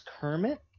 Kermit